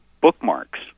bookmarks